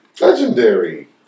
Legendary